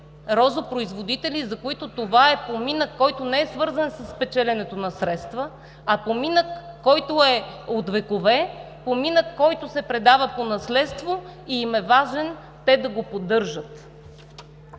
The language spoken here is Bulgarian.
розопроизводители, за които това е поминък, който не е свързан с печеленето на средства, а поминък, който е от векове, поминък, който се предава по наследство, и им е важно те да го поддържат.